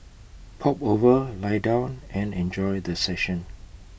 pop over lie down and enjoy the session